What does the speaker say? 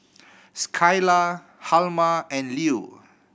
Skylar Hjalmar and Lew